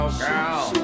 girl